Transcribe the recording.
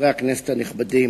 חברי הכנסת הנכבדים,